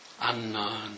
unknown